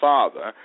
Father